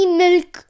milk